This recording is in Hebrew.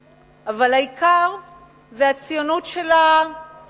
העיקר זה הציונות של התודעה: